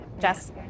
Jess